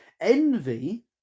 Envy